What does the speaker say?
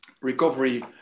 recovery